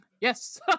Yes